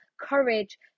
courage